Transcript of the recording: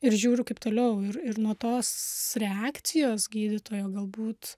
žiūriu kaip toliau ir ir nuo tos reakcijos gydytojo galbūt